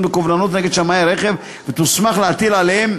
בקובלנות נגד שמאי רכב ותוסמך להטיל עליהם